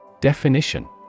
Definition